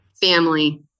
family